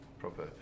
proper